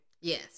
Yes